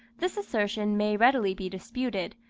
this assertion may readily be disputed,